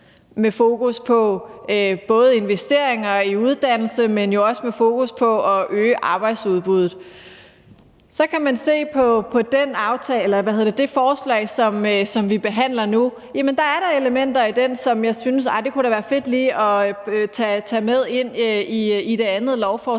med fokus på investeringer i uddannelse, men også med fokus på at øge arbejdsudbuddet. Så kan man se på det forslag, som vi behandler nu. Jamen, der er da elementer i det, som jeg synes kunne være fede lige at tage med ind i det andet lovforslag.